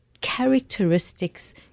characteristics